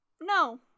No